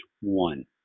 one